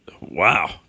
Wow